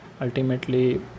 ultimately